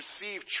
receive